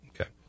Okay